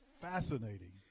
fascinating